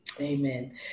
Amen